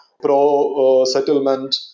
pro-settlement